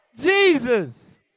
Jesus